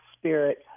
spirit